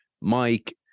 mike